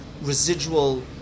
residual